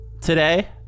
today